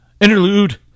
Interlude